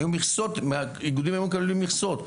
איגודים היו מקבלים מכסות,